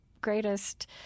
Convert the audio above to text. greatest